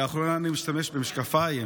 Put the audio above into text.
לאחרונה אני משתמש במשקפיים,